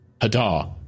Hadar